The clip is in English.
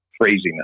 craziness